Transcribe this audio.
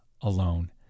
alone